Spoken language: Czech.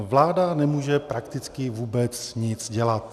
Vláda nemůže prakticky vůbec nic dělat.